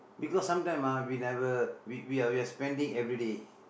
because sometime ah we never we we we are spending everyday